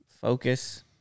focus